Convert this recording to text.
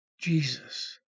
Jesus